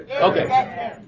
Okay